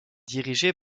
dirigé